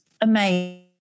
amazing